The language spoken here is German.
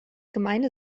gemeinde